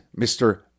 Mr